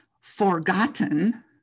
forgotten